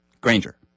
Granger